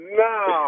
no